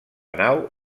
nau